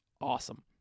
awesome